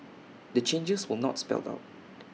the changes were not spelled out